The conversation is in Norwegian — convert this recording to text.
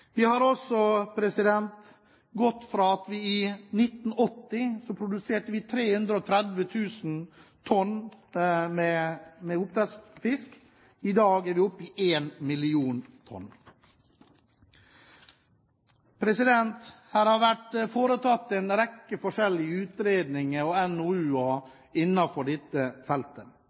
Vi har også gått fra å produsere 330 000 tonn oppdrettsfisk i 1980 til i dag å være oppe i 1 000 000 tonn. Det har vært en rekke forskjellige utredninger og NOU-er innenfor dette feltet.